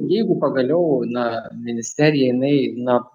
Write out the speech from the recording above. jeigu pagaliau na ministerija jinai na